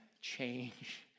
change